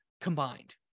combined